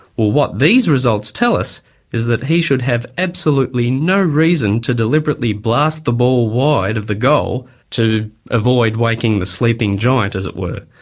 what these results tell us is that he should have absolutely no reason to deliberately blast the ball wide of the goal to avoid waking the sleeping giant, as it were.